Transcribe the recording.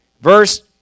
verse